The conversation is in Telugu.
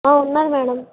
ఉన్నది మేడమ్